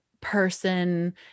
person